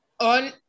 on